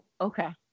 Okay